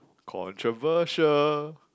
controversial